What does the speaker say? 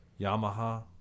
Yamaha